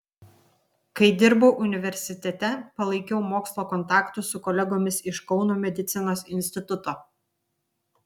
kai dirbau universitete palaikiau mokslo kontaktus su kolegomis iš kauno medicinos instituto